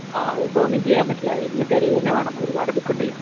ആഹ് ഇപ്പോ ഒന്നും ചെയ്യാൻ പറ്റില്ല അത് ഇന്ന് തിരയുക തന്നെ വേണം ഒരുപാട് ബുക്കുണ്ടല്ലോ